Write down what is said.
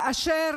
כאשר